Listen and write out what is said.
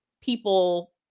people